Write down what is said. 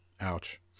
Ouch